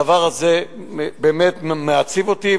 הדבר הזה באמת מעציב אותי,